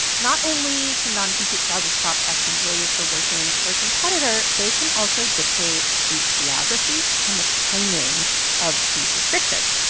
not only can non-compete clauses stop ex-employees for working for a competitor, they can also dictate the geography and the timing of these restrictions.